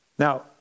Now